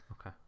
Okay